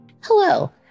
Hello